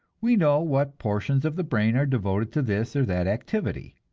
we know what portions of the brain are devoted to this or that activity.